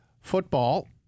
Football